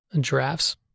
giraffes